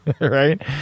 right